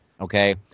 okay